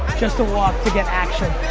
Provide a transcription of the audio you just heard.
just to walk to get action.